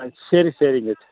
சரி சரி